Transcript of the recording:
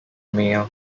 mayor